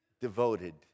devoted